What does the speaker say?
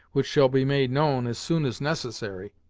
which shall be made known as soon as necessary.